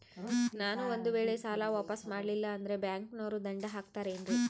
ನಾನು ಒಂದು ವೇಳೆ ಸಾಲ ವಾಪಾಸ್ಸು ಮಾಡಲಿಲ್ಲಂದ್ರೆ ಬ್ಯಾಂಕನೋರು ದಂಡ ಹಾಕತ್ತಾರೇನ್ರಿ?